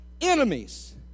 enemies